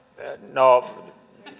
no